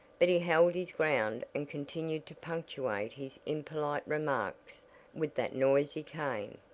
but he held his ground and continued to punctuate his impolite remarks with that noisy cane.